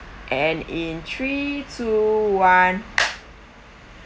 and in three two one